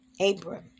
Abram